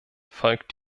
folgt